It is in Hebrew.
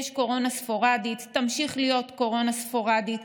יש קורונה ספורדית, תמשיך להיות קורונה ספורדית.